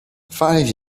five